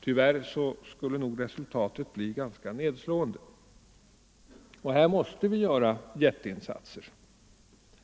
Tyvärr skulle resultatet bli ganska nedslående. Här måste vi göra jätteinsatser,